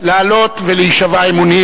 לעלות ולהישבע אמונים.